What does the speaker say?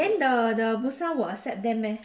then the the busan will accept them meh